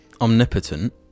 Omnipotent